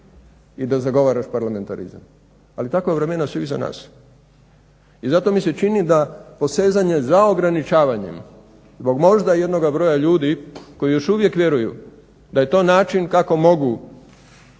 i da zagovaraš parlamentarizam, ali takva vremena su iz nas. I zato mi se čini da posezanje za ograničavanjem zbog možda jednoga broja ljudi koji još uvijek vjeruju da je to način kako mogu